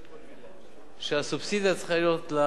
שהסובסידיה צריכה להיות לנצרך,